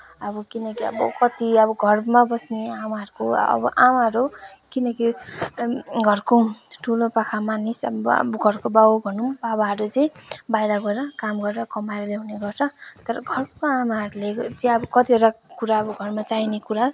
अब किनकि अब कति अब घरमा बस्ने आमाहरूको अब आमाहरू किनकि घरको ठुलोपाका मानिस घरको बाउ भनौँ बाबाहरू चाहिँ बाहिर गएर काम गरेर कमाएर ल्याउने गर्छ तर घरको आमाहरूले चाहिँ अब कतिवटा कुरा अब घरमा चाहिने कुरा